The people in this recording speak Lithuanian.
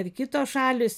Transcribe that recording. ir kitos šalys